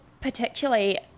particularly